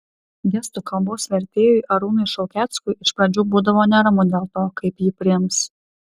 gestų kalbos vertėjui arūnui šaukeckui iš pradžių būdavo neramu dėl to kaip jį priims